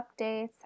updates